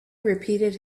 repeated